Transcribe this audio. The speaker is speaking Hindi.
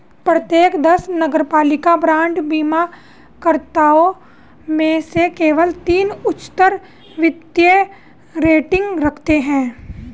प्रत्येक दस नगरपालिका बांड बीमाकर्ताओं में से केवल तीन उच्चतर वित्तीय रेटिंग रखते हैं